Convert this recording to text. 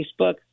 Facebook